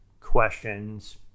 questions